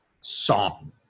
song